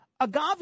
Agave